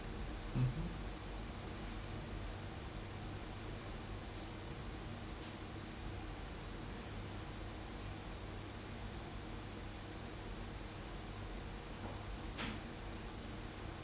mmhmm